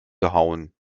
gehauen